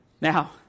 Now